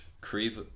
Creep